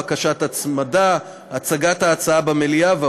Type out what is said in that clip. בקשת הצמדה והצגת ההצעה במליאה.